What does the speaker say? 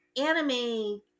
anime